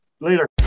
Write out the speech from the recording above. Later